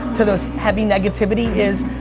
to those heavy negativity is,